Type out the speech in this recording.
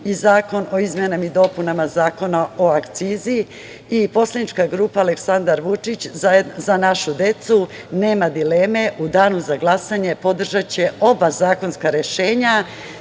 i Zakon o izmenama i dopunama Zakona o akcizi. Poslanička grupa „Aleksandar Vučić – Za našu decu“, nema dileme, u danu za glasanje podržaće oba zakonska rešenja,